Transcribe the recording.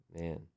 Man